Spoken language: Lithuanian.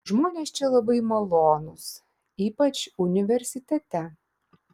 žmonės čia labai malonūs ypač universitete